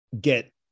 get